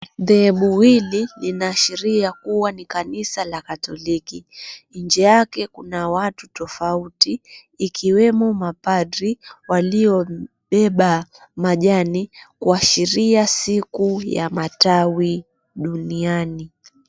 Dhehebu hili linaashiria kuwa ni kanisa la katoliki. Nje yake kuna watu tofauti ikiwemo mapadri waliobeba majani kuashiria siku ya matawi duniani.